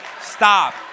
stop